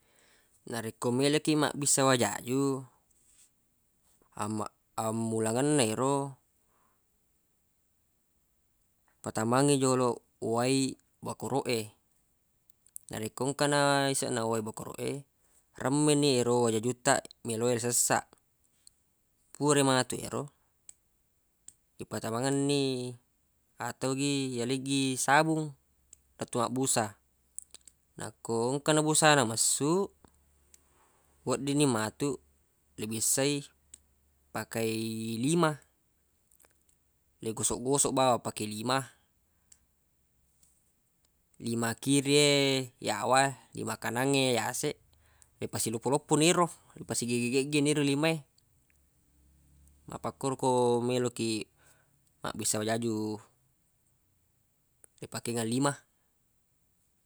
Narekko meloq ki mabbissa wajaju amma- ammulangenna ero patamangngi joloq wai bakoroq e narekko engka na iseq na wai bakoroq e remme ni ero wajajutta meloq e isessaq purai matu ero ipatamangenni ato gi yaleggi sabung lettuq mabbusa nakko engka na busana messu weddinni matu le bissai pakei lima le gosoq-gosoq bawang pake lima lima kiri e yawa lima kanangnge yaseq le pasileppo-leppo ni ero le pasigegge-geggeni ero lima e mappakkoro ko melo ki mabbissa wajaju ipakengeng lima